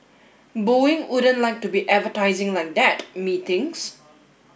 Boeing wouldn't like to be advertising like that methinks